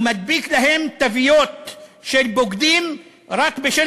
ומדביק להם תוויות של בוגדים רק בשל